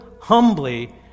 humbly